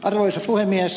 arvoisa puhemies